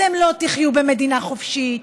אתם לא תחיו במדינה חופשית,